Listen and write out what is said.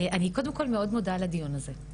אני קודם כל מאוד מודה לכם על הדיון הזה.